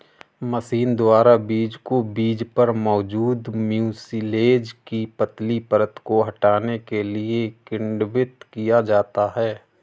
machine द्वारा बीज को बीज पर मौजूद म्यूसिलेज की पतली परत को हटाने के लिए किण्वित किया जाता है